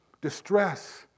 Distress